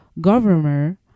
governor